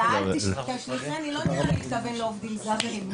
אבל אל תשליכיני לא נראה לי התכוון לעובדים זרים.